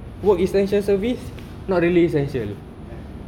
work essential service not relays